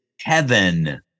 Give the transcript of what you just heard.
heaven